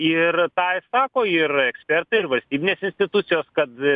ir tą ir sako ir ekspertai ir valstybinės institucijos kad